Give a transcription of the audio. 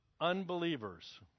unbelievers